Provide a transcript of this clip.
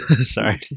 sorry